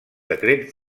decrets